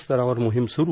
स्तरावर मोहीम सुरू